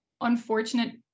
unfortunate